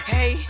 Hey